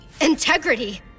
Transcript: Integrity